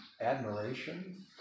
Admiration